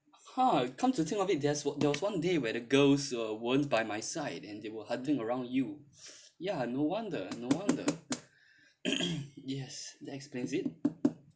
!huh! come to think of it there was there was one day where the girls were weren't by my side and they were hunting around you ya no wonder no wonder yes that explains it